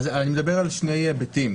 אני מדבר על שני היבטים,